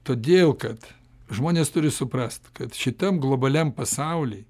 todėl kad žmonės turi suprast kad šitam globaliam pasauly